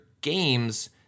games